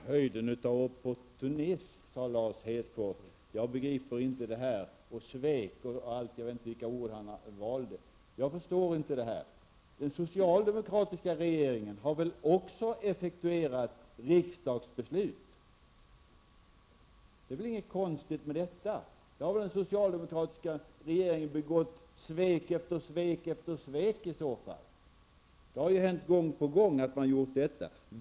Fru talman! ''Höjden av opportunism'', sade Lars Hedfors, och:''Jag begriper inte det här sveket'' osv. Men jag förstår inte det, för den socialdemokratiska regeringen har väl också effektuerat riksdagsbeslut. Det är ju inget konstigt med det. Då har den socialdemokratiska regeringen gjort sig skyldig till svek efter svek i så fall. Det har man gjort gång på gång.